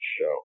show